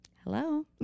hello